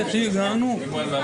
כי צריך להגן על אנשים.